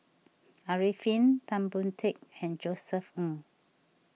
Arifin Tan Boon Teik and Josef Ng